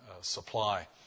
supply